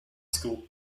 school